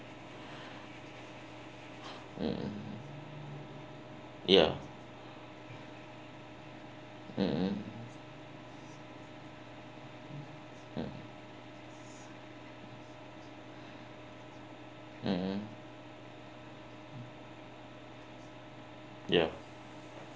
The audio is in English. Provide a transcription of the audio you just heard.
mm ya mmhmm mm mmhmm ya